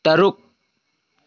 ꯇꯔꯨꯛ